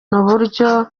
n’uburyo